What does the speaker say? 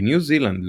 בניו זילנד,